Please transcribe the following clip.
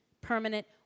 Permanent